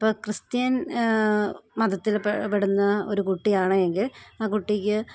ഇപ്പോള് ക്രിസ്ത്യൻ മതത്തില്പ്പെടുന്ന ഒരു കുട്ടിയാണെങ്കിൽ ആ കുട്ടിക്ക്